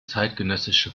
zeitgenössische